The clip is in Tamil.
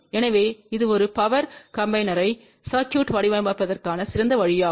எனவே இது ஒரு பவர் காம்பிநேர்யை சர்க்யூட் வடிவமைப்பதற்கான சிறந்த வழியாகும்